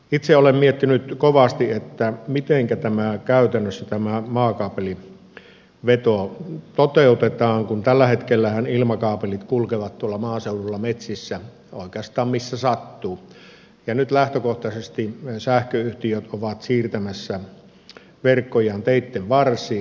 itse olen miettinyt kovasti mitenkä tämä maakaapelin veto käytännössä toteutetaan kun tällähän hetkellä ilmakaapelit kulkevat tuolla maaseudulla metsissä oikeastaan missä sattuu ja nyt lähtökohtaisesti sähköyhtiöt ovat siirtämässä verkkojaan teitten varsiin